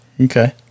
okay